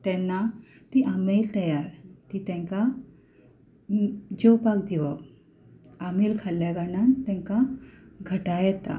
तेन्ना ती आमील तयार ती तेंकां जेवपाक दिवप आमील खाल्ल्या कारणान तेंकां घटाय येता